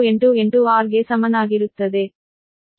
7788 r ಗೆ ಸಮನಾಗಿರುತ್ತದೆ